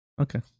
Okay